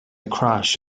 crash